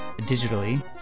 digitally